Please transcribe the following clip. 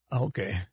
Okay